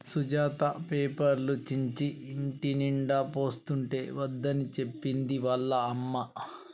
సుజాత పేపర్లు చించి ఇంటినిండా పోస్తుంటే వద్దని చెప్పింది వాళ్ళ అమ్మ